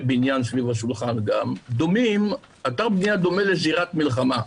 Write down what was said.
בניין סביב השולחן דומה לזירת מלחמה: